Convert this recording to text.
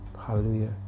Hallelujah